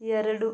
ಎರಡು